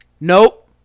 Nope